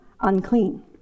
unclean